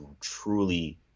truly